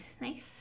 nice